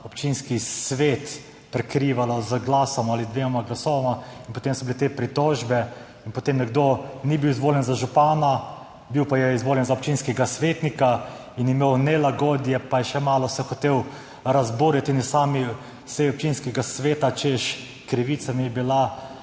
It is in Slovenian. občinski svet prekrivala z glasom ali dvema glasovoma, in potem so bile te pritožbe in potem nekdo ni bil izvoljen za župana, bil pa je izvoljen za občinskega svetnika in je čutil nelagodje pa se je še malo hotel razburjati na eni seji občinskega sveta, češ, krivica mi je bila